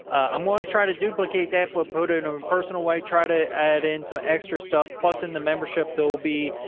i'm going to try to duplicate that, but poda in a um and personal way, try to add in some extra stuff. plus in the membership, that will be,